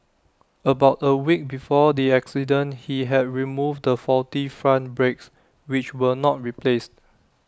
about A week before the accident he had removed the faulty front brakes which were not replaced